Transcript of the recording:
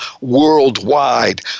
worldwide